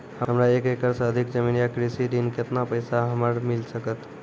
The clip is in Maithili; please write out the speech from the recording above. हमरा एक एकरऽ सऽ अधिक जमीन या कृषि ऋण केतना पैसा हमरा मिल सकत?